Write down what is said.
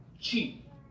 cheap